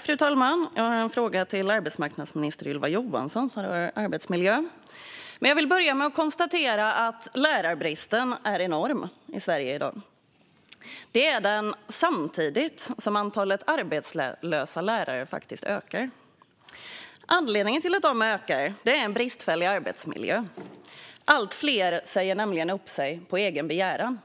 Fru talman! Jag har en fråga till arbetsmarknadsminister Ylva Johansson som rör arbetsmiljön. Jag vill dock börja med att konstatera att lärarbristen är enorm i Sverige i dag. Det är den samtidigt som antalet arbetslösa lärare ökar. Anledningen till att det ökar är en bristfällig arbetsmiljö. Allt fler säger nämligen upp sig på egen begäran.